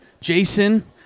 Jason